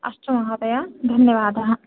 अस्तु महोदय धन्यवादः